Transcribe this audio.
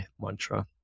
mantra